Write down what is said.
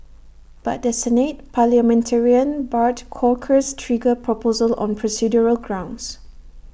but the Senate parliamentarian barred Corker's trigger proposal on procedural grounds